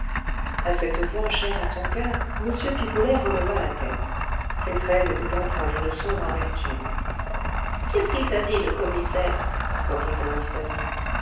à cette voix chère à son coeur m pipelet releva la tête ses traits étaient empreints d'une sombre amertume qu'est-ce qu'il t'a dit le commissaire reprit anastasie